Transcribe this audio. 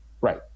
Right